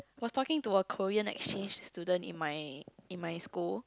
was talking to a Korean exchange student in my in my school